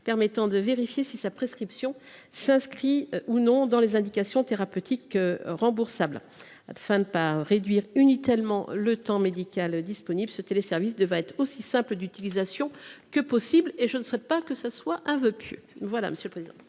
permettant de vérifier si sa prescription s’inscrit ou non dans les indications thérapeutiques remboursables. Afin de ne pas réduire inutilement le temps médical disponible, ce téléservice devra être aussi simple d’utilisation que possible. Je souhaite que ce dernier point ne soit